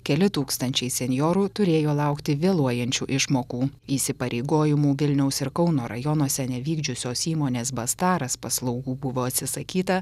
keli tūkstančiai senjorų turėjo laukti vėluojančių išmokų įsipareigojimų vilniaus ir kauno rajonuose nevykdžiusios įmonės bastaras paslaugų buvo atsisakyta